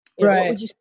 Right